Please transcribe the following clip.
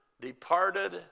departed